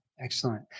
excellent